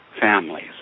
families